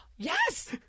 Yes